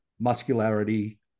muscularity